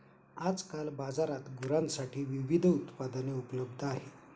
आजकाल बाजारात गुरांसाठी विविध उत्पादने उपलब्ध आहेत